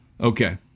Okay